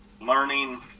learning